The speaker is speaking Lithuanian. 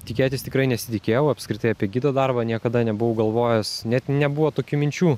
tikėtis tikrai nesitikėjau apskritai apie gido darbą niekada nebuvau galvojęs net nebuvo tokių minčių